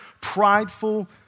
prideful